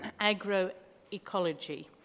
agroecology